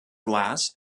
glass